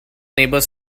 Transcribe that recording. neighbour